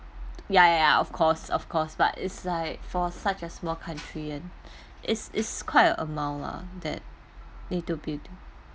ya ya ya of cause of cause but is like for such a small country and is is quite a amount lah that need to be do